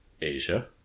Asia